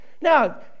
Now